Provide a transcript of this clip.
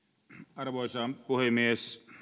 arvoisa puhemies